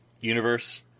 universe